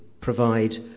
provide